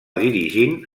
dirigint